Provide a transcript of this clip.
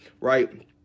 right